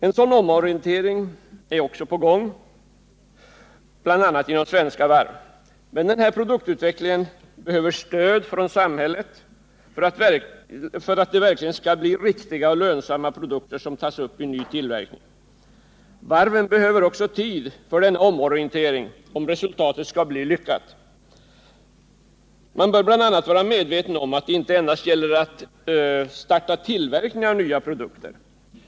En sådan omorientering är också på gång, bl.a. inom Svenska Varv. Men denna produktutveckling behöver stöd från samhället för att det verkligen skall bli riktiga och lönsamma produkter som tas upp i en ny tillverkning. Varven behöver också tid för denna omorientering, om resultatet skall bli lyckat. Man bör bl.a. vara medveten om att det inte endast gäller att starta tillverkning av nya produkter.